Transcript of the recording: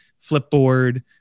flipboard